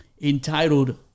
entitled